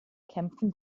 kämpfen